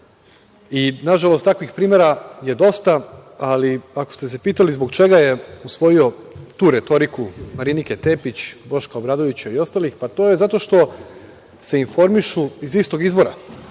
i nažalost takvih primera je dosta, ali ako ste se pitali zbog čega je usvojio tu retoriku Marinike Tepić, Boška Obradovića i ostalih, pa to je zato što se informišu iz istog izvora. Dakle,